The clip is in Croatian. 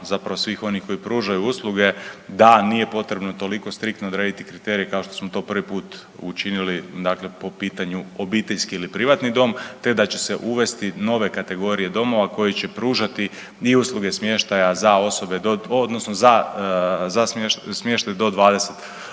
zapravo svih onih koji pružaju usluge da nije potrebno toliko striktno odrediti kriterije kao što smo to prvi put učinili dakle po pitanju obiteljski ili privatni dom te da će se uvesti nove kategorije domova koji će pružati i usluge smještaja za osobe do .../nerazumljivo/...